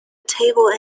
table